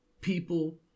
people